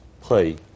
play